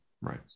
Right